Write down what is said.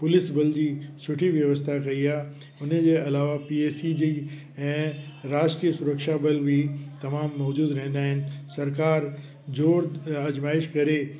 police बल जी सुठी व्यवस्था कई आहे उन जे अलावा पी ए सी जे ऐं राष्ट्रीय सुरक्षा दल बि तमामु मौजूदु रहंदा आहिनि सरकार ज़ोर आज़माइश करे